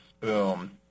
boom